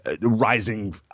rising